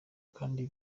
kandi